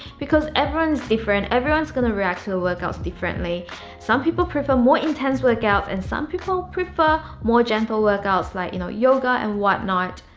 because everyone's different. everyone's gonna react to the workouts differently some people prefer more intense workouts and some people prefer more gentle workouts like, you know, yoga and whatnot.